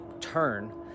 turn